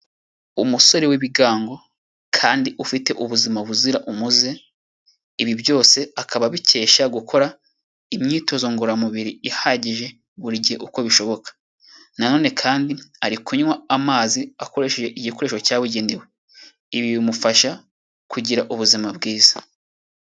Umusore w'ibigango kandi ufite ubuzima buzira umuze, ibi byose akaba abikesha gukora imyitozo ngoramubiri ihagije buri gihe uko bishoboka, nanone kandi ari kunywa amazi akoresheje igikoresho cyabugenewe, ibi bimufasha kugira ubuzima bwiza.